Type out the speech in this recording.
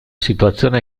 situazione